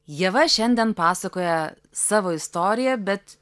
ieva šiandien pasakoja savo istoriją bet